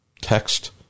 text